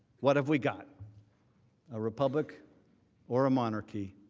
what have we got a republic or man arky,